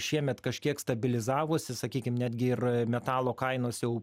šiemet kažkiek stabilizavosi sakykim netgi ir metalo kainos jau